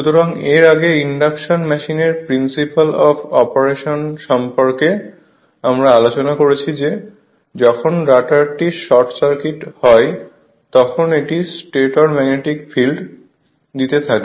সুতরাং এর আগে ইন্ডাকশন মেশিনের প্রিন্সিপাল অফ অপারেশন সম্পর্কে আমরা আলোচনা করেছি যে যখন রটারটি শর্ট সার্কিট হয় তখন এটি স্টেটর ম্যাগনেটিক ফিল্ড দিকে যেতে থাকে